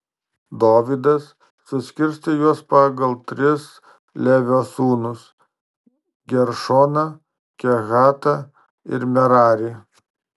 dovydas suskirstė juos pagal tris levio sūnus geršoną kehatą ir merarį